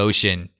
Ocean